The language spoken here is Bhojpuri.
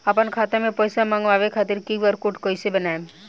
आपन खाता मे पैसा मँगबावे खातिर क्यू.आर कोड कैसे बनाएम?